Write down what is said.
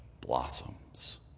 blossoms